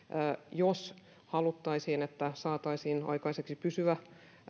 jos haluttaisiin että saataisiin aikaiseksi pysyvä